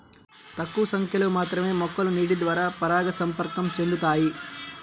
తక్కువ సంఖ్యలో మాత్రమే మొక్కలు నీటిద్వారా పరాగసంపర్కం చెందుతాయి